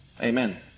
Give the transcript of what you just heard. Amen